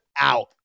out